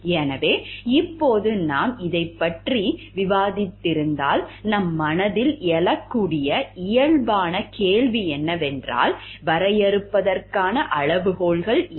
எனவே இப்போது நாம் இதைப் பற்றி விவாதித்திருந்தால் நம் மனதில் எழக்கூடிய இயல்பான கேள்வி என்னவென்றால் வரையறுப்பதற்கான அளவுகோல்கள் என்ன